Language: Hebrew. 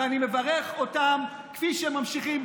ואני מברך אותם כפי שהם ממשיכים.